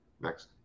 next